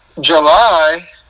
July